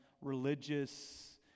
religious